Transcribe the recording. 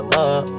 up